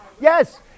yes